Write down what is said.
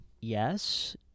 Yes